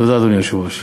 תודה, אדוני היושב-ראש.